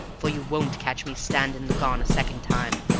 for you won't catch me stand and look on a second time.